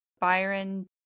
Byron